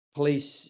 police